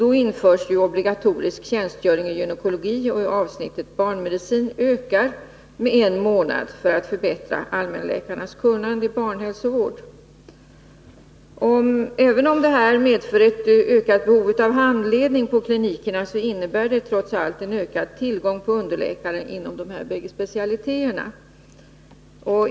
Däri införs obligatorisk tjänstgöring i gynekologi, och avsnittet barnmedicin ökar med en månad för att allmänläkarnas kunnande när det gäller barnhälsovård skall förbättras. Även om detta medför ett ökat behov av handledning på klinikerna, så innebär det trots allt en ökad tillgång på underläkare inom de här båda specialiteterna.